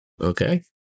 Okay